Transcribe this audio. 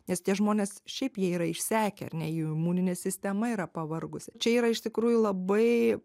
nes tie žmonės šiaip jie yra išsekę ar ne jų imuninė sistema yra pavargusi čia yra iš tikrųjų labai